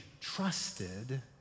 trusted